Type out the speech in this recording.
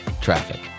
Traffic